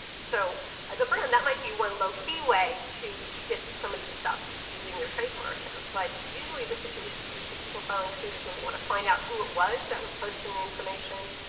so as a brand, that might be one low key way to get somebody to stop using your trademark, but usually the situations where you see people filing suit is when they want to find out who it was that was posting the information,